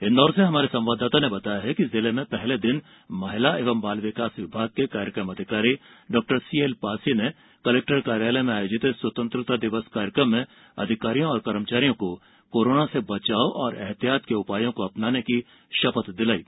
इंदौर से हमारे संवाददाता ने बताया है कि जिले में पहले दिन महिला एवं बाल विकास विभाग के कार्यक्रम अधिकारी डॉक्टर सी एल पासी ने कलेक्टर कार्यालय में आयोजित स्वतंत्रता दिवस कार्यक्रम में अधिकारी कर्मचारियों को कोरोना से बचाव और एहतियात के उपायों को अपनाने की शपथ दिलायी